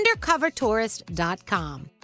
UndercoverTourist.com